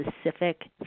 specific